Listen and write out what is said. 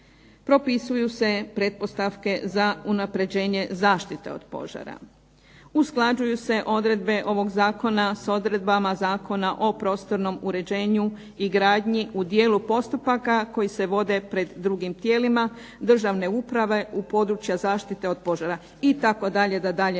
propisuju se pretpostavke za unapređenje zaštite od požara, usklađuju se odredbe ovog zakona sa odredbama Zakona o prostornom uređenju i gradnji u dijelu postupaka koji se vode pred drugim tijelima državne uprave u područja zaštite od požara itd., da dalje